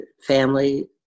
family